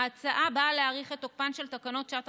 ההצעה באה להאריך את תוקפן של תקנות שעת